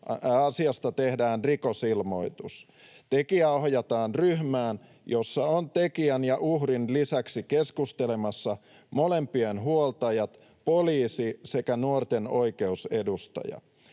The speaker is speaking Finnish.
asiasta tehdään rikosilmoitus. Tekijä ohjataan ryhmään, jossa ovat tekijän ja uhrin lisäksi keskustelemassa molempien huoltajat, poliisi sekä nuorten oikeusedustaja.